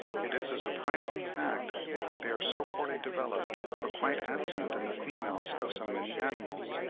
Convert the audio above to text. it is a surprising fact that they are so poorly developed, or quite absent, in the females of so many animals.